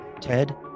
ted